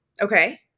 Okay